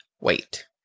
wait